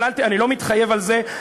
אבל אני לא מתחייב על זה,